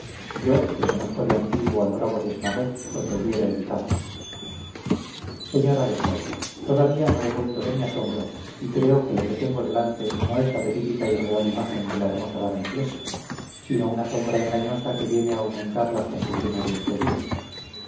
yo que conozco de antiguo al bravo desmarets os los hubiera evitado señora de fly todavía no he vuelto de mi asombro y creo que lo que tengo delante no es la verídica y real imagen de la hermosa dama inglesa sino una sombra engañosa que viene a aumentar las confusiones de este día